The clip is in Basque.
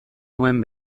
nuen